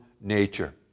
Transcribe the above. nature